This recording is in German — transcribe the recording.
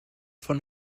von